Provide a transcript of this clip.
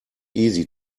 easy